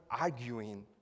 arguing